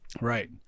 Right